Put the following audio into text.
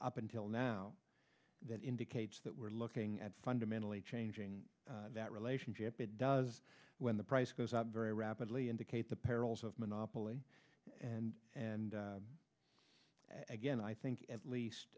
up until now that indicates that we're looking at fundamentally changing that relationship it does when the price goes up very rapidly indicate the perils of monopoly and again i think at